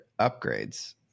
upgrades